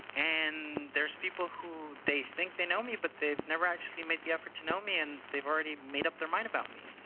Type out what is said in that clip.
and there's people who they think they know me, but they've never actually made the effort to know me. and they've already made up their mind about me.